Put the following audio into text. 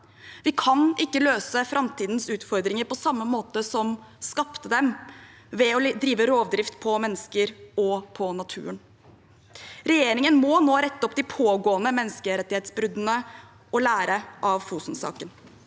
Vi kan ikke løse framtidens utfordringer på samme måte som vi skapte dem, ved å drive rovdrift på mennesker og på naturen. Regjeringen må nå rette opp de pågående menneskerettighetsbruddene og lære av Fosen-saken.